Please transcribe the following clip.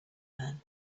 man